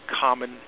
common